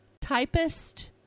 typist